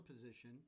position